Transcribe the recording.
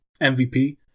MVP